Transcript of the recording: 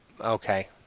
okay